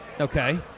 Okay